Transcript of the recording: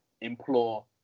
implore